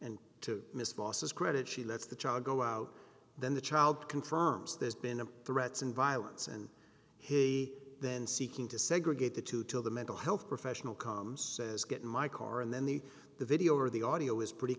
and to miss mosses credit she lets the child go out then the child confirms there's been a threats and violence and he then seeking to segregate the two till the mental health professional calm says get in my car and then the the video or the audio is pretty